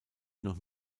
noch